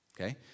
Okay